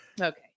Okay